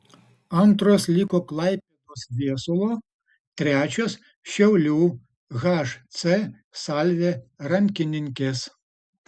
antros liko klaipėdos viesulo trečios šiaulių hc salvė rankininkės